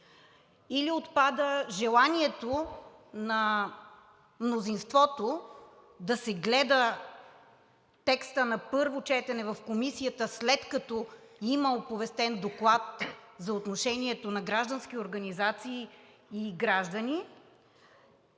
или отпада желанието на мнозинството да се гледа текстът на първо четене в комисията, след като има оповестен доклад за отношението на граждански организации и граждани,